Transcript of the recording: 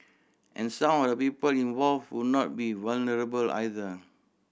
and some of the people involved would not be vulnerable either